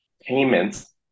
payments